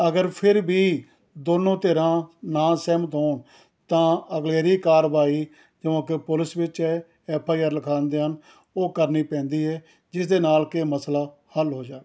ਅਗਰ ਫਿਰ ਵੀ ਦੋਨੋ ਧਿਰਾਂ ਨਾ ਸਹਿਮਤ ਹੋਣ ਤਾਂ ਅਗਲੇਰੀ ਕਾਰਵਾਈ ਜੋ ਕਿ ਪੁਲਿਸ ਵਿੱਚ ਹੈ ਐਫ ਆਈ ਆਰ ਲਿਖਾ ਦਿੰਦੇ ਹਨ ਉਹ ਕਰਨੀ ਪੈਦੀ ਹੈ ਜਿਸਦੇ ਨਾਲ ਕਿ ਮਸਲਾ ਹੱਲ ਹੋ ਜਾਵੇ